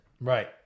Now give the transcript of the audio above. Right